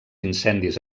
incendis